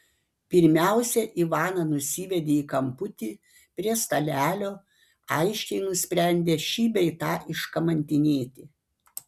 pirmiausia ivaną nusivedė į kamputį prie stalelio aiškiai nusprendę šį bei tą iškamantinėti